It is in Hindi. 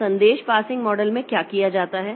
तो संदेश पासिंग मॉडल में क्या किया जाता है